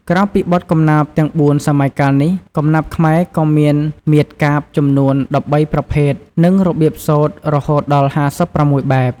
ក្រៅពីបទកំណាព្យទាំងបួនសម័យកាលនេះ កំណាព្យខ្មែរក៏មាន មាត្រកាព្យ ចំនួន ១៣ ប្រភេទ និង របៀបសូត្រ រហូតដល់ ៥៦ បែប។